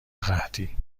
قحطی